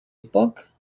époque